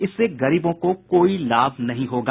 इससे गरीबों को कोई लाभ नहीं होगा